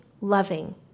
loving